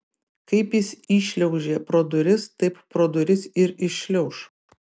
kaip jis įšliaužė pro duris taip pro duris ir iššliauš